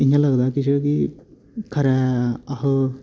इय्यां लगदा किश कि खरै अस